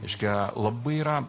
reiškia labai yra